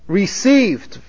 received